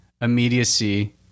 immediacy